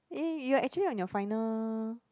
eh you're actually on your final